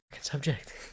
subject